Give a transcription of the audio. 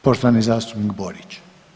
Poštovani zastupnik Borić.